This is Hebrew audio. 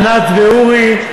ענת ואורי,